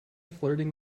flirting